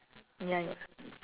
ya